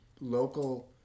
local